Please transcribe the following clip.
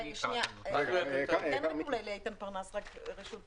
רגע, שנייה, אפשר לתת לאיתן פרנס את רשות הדיבור?